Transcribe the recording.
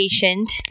patient